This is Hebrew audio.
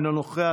אינו נוכח,